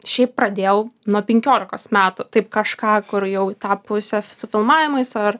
šiaip pradėjau nuo penkiolikos metų taip kažką kur jau į tą pusę su filmavimais ar